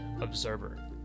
observer